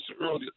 earlier